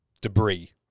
debris